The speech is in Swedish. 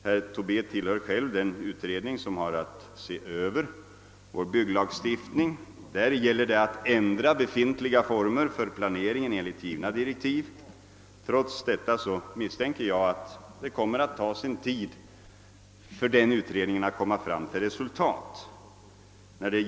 Herr Tobé tillhör själv den utredning som har att se över byggnadslagstiftningen. Där gäller det att ändra befintliga former för planeringen enligt givna direktiv. Trots detta misstänker jag att det kommer att ta sin tid för den utredningen att nå resultat.